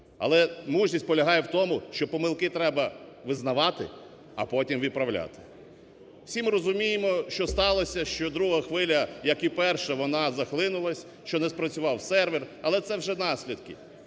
Але мужність полягає у тому, що помилки треба визнавати, а потім виправляти. Всі ми розуміємо, що сталося, що друга хвиля, як і перша, вона захлинулась, що не спрацював сервер, але це вже наслідки